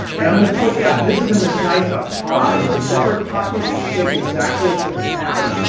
and i'm gonna put that, this is in this nice ah pod. it's a zipper pocket that's shaped exactly for the pack.